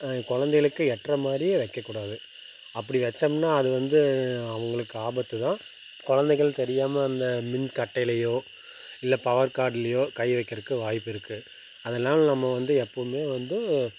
குழந்தைகளுக்கு எட்டுற மாதிரியே வைக்கக்கூடாது அப்படி வச்சோம்ன்னா அது வந்து அவங்களுக்கு ஆபத்து தான் குழந்தைகள் தெரியாம அந்த மின்கட்டைலயோ இல்லை பவர் கார்ட்லையோ கை வைக்கிறக்கு வாய்ப்பு இருக்கு அதனால் நம்ம வந்து எப்போவுமே வந்து